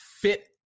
fit